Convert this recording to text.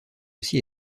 aussi